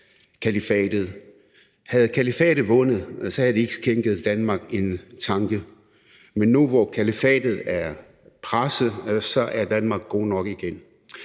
Havde kalifatet vundet, havde de ikke skænket Danmark en tanke, men nu, hvor kalifatet er presset, er Danmark god nok igen.